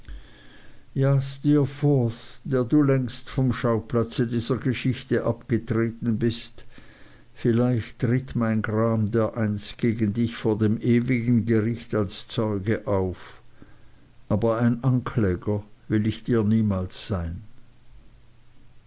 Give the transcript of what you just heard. ja steerforth der du längst vom schauplatze dieser geschichte abgetreten bist vielleicht tritt mein gram dereinst gegen dich vor dem ewigen gericht als zeuge auf aber ein ankläger will ich dir niemals sein